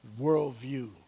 worldview